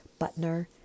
Butner